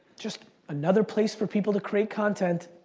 just another place for people to create content.